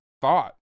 thought